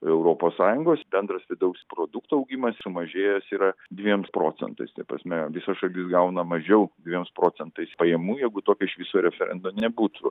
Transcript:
europos sąjungos bendras vidaus produkto augimas sumažėjęs yra dviems procentais ta prasme visa šalis gauna mažiau dviems procentais pajamų jeigu tokio iš viso referendumo nebūtų